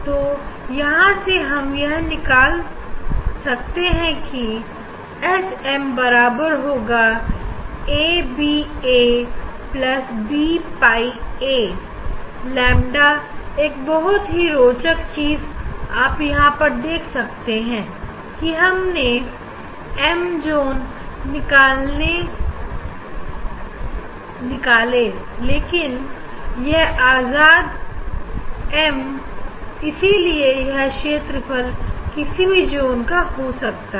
तो यहां से हम यह निकाल सकते हैं कि एसएम बराबर होगा A by A plus B pi A लेंडाएक बेहद ही रोचक चीज आप यहां पर देख सकते हैं कि हमने एम जोन निकाले लेकिन यह आजाद एम इसीलिए यह क्षेत्र किसी भी जोंस का है